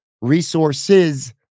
resources